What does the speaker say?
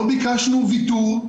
לא ביקשנו ויתור,